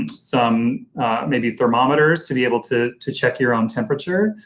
and some may be thermometers to be able to to check your own temperature,